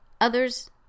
Others